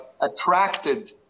attracted